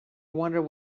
wonder